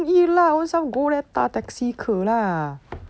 then don't eat lah own self go there 搭 taxi lah